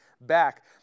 back